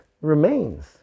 remains